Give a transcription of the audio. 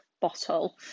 bottle